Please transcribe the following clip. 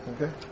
Okay